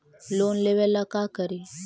Loan लेबे ला का करि?